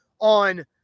on